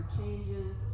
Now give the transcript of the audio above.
changes